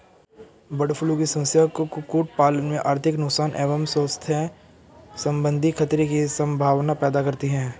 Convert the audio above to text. bird flu की समस्या कुक्कुट पालन में आर्थिक नुकसान एवं स्वास्थ्य सम्बन्धी खतरे की सम्भावना पैदा करती है